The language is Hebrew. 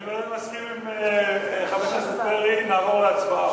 אני, להסכים עם חבר הכנסת פרי, נעבור להצבעה.